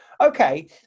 Okay